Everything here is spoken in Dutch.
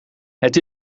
het